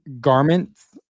garments